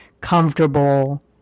comfortable